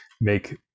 make